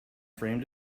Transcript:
frame